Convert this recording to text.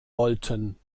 wollten